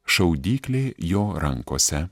šaudyklė jo rankose